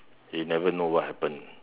you never know what happen